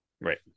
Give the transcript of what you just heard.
Right